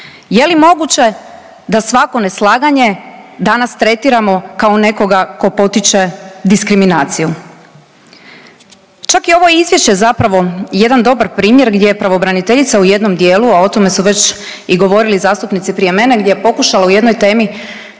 Je li moguće da svako neslaganje danas tretiramo kao nekoga tko potiče diskriminaciju? Čak i ovo izvješće je zapravo jedan dobar primjer gdje je pravobraniteljica u jednom dijelu, a o tome su već i govorili zastupnici prije mene gdje je pokušala u jednoj temi